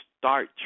start